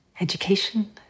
education